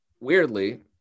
weirdly